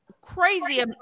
crazy